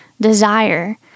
desire